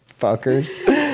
fuckers